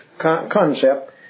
Concept